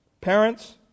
Parents